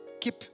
keep